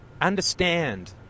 understand